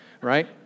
right